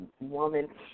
woman